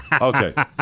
Okay